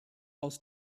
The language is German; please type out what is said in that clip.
aus